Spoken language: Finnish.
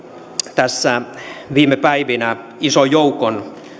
tässä viime päivinä ison joukon